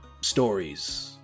stories